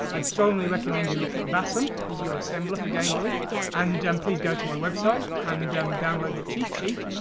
i'd strongly recommend you look at vasm as your assembler for gameboy and and please go to my website and um download the cheat sheet.